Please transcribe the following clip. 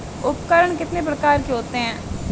उपकरण कितने प्रकार के होते हैं?